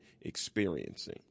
experiencing